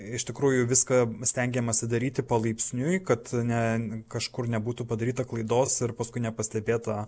iš tikrųjų viską stengiamasi daryti palaipsniui kad ne kažkur nebūtų padaryta klaidos ir paskui nepastebėta